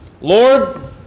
Lord